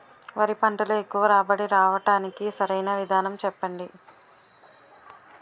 వరి పంటలో ఎక్కువ రాబడి రావటానికి సరైన విధానం చెప్పండి?